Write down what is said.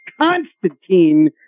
Constantine